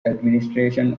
administration